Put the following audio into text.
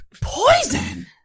Poison